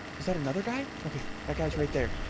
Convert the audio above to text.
is that another guy? okay, that guy's right there